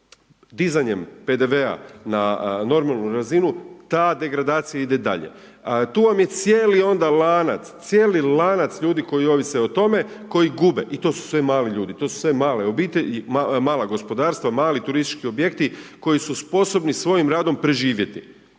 dizanjem PDV-a na normalnu razinu, ta degradacija ide dalje. Tu vam je cijeli onda lanac, cijeli lanac ljudi koji ovise o tome, koji gube. I to su sve mali ljudi, to su sve male obitelji, mala gospodarstva, mali turistički objekti koji su sposobni svojim radom preživjeti.